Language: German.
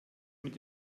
mit